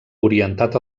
orientat